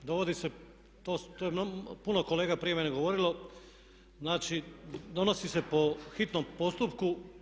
Dovodi se, to je puno kolega prije mene govorilo, znači donosi se po hitnom postupku.